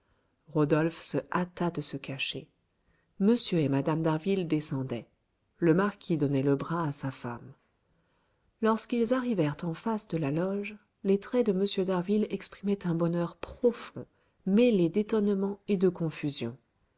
rodolphe se hâta de se cacher m et mme d'harville descendaient le marquis donnait le bras à sa femme lorsqu'ils arrivèrent en face de la loge les traits de m d'harville exprimaient un bonheur profond mêlé d'étonnement et de confusion